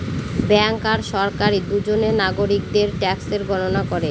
bank আর সরকারি দুজনে নাগরিকদের ট্যাক্সের গণনা করে